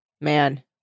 Man